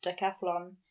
decathlon